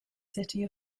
city